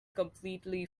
completely